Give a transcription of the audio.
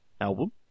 album